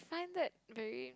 find that very